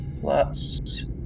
plus